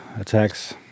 attacks